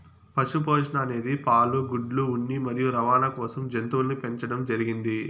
పశు పోషణ అనేది పాలు, గుడ్లు, ఉన్ని మరియు రవాణ కోసం జంతువులను పెంచండం జరిగింది